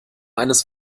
eines